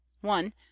one